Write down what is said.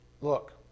Look